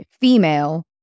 female